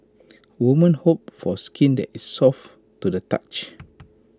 women hope for skin that is soft to the touch